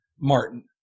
Martin